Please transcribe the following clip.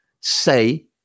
say